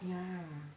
ya